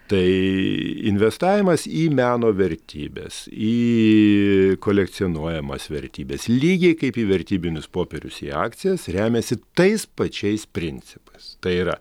tai investavimas į meno vertybes į kolekcionuojamas vertybes lygiai kaip į vertybinius popierius į akcijas remiasi tais pačiais principais tai yra